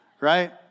right